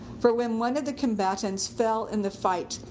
for when one of the combatants fell in the fight,